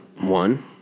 One